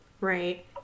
Right